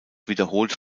wiederholt